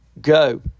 go